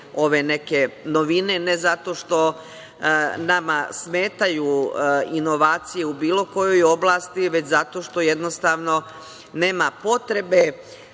ove neke novine, ne zato što nama smetaju inovacije u bilo kojoj oblasti, već zato što jednostavno nema potrebe